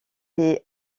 des